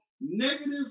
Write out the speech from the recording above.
negative